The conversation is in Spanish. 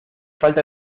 falta